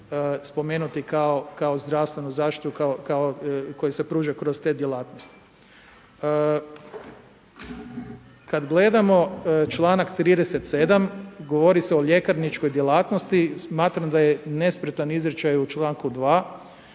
spomenuti kao zdravstvenu zaštitu, koji se pružaju kroz te djelatnosti. Kada gledamo članak 37. govori se o ljekarničkoj djelatnosti, smatram da je nespretan izričaj u članku 2.